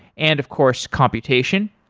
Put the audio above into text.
and of course computation.